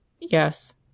Yes